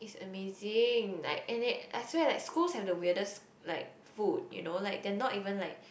it's amazing like and it I swear like schools has the weirdest like food you know like you know like they are not even like